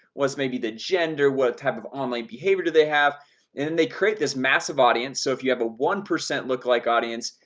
what's maybe the gender? what type of online behavior do they have and they create this massive audience? so if you have a one percent look-alike audience,